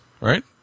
right